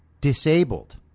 Disabled